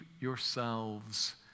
yourselves